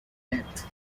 death